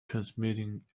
transmitting